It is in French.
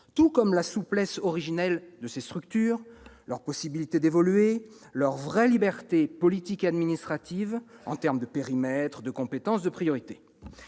tout comme la souplesse originelle de ces structures, leur capacité d'évoluer, leur vraie liberté politique et administrative, en termes de périmètre, de compétences, de priorités